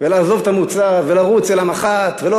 ולעזוב את המוצב ולרוץ אל המח"ט ולא